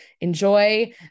enjoy